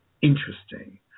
interesting